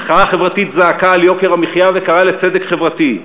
המחאה החברתית זעקה על יוקר המחיה וקראה לצדק חברתי,